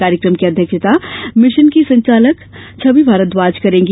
कार्यक्रम की अध्यक्षता मिशन की संचालक सुश्री छवी भारद्वाज करेगी